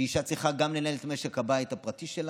אישה צריכה גם לנהל בו-בזמן את משק הבית הפרטי שלה,